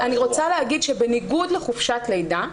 אני רוצה להגיד שבניגוד לחופשת לידה,